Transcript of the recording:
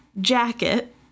jacket